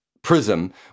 prism